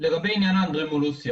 לגבי עניין האנדרלמוסיה,